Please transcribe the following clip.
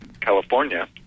California